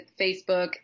Facebook